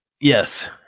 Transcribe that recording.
Yes